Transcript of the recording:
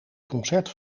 concert